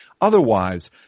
Otherwise